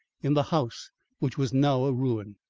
in the house which was now a ruin.